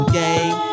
game